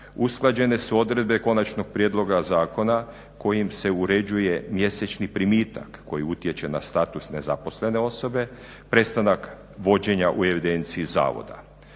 usklađene su odredbe konačnog prijedloga zakona kojim se uređuje mjesečni primitak koji utječe na status nezaposlene osobe, prestanak vođenja u evidenciji zavoda.